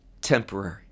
temporary